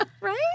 Right